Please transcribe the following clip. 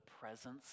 presence